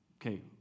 Okay